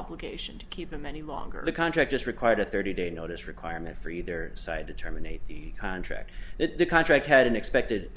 obligation to keep them any longer the contract just required a thirty day notice requirement for either side to terminate the contract that the contract had an expected